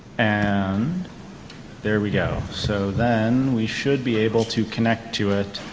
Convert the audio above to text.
and there we go. so then we should be able to connect to it,